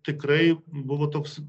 tikrai buvo toks